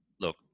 look